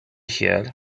here